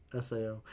Sao